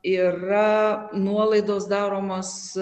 yra nuolaidos daromos